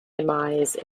demise